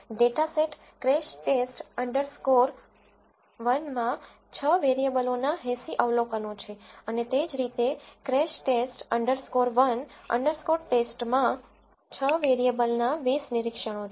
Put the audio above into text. data set crash test underscore 1crashTest 1 માં 6 વેરીએબલોનાં 80 અવલોકનો છે અને તે જ રીતે ક્રેશ ટેસ્ટ અન્ડરસ્કોર 1 અન્ડરસ્કોર ટેસ્ટcrashTest 1 TEST માં 6 વેરીએબલનાં 20 નિરીક્ષણો છે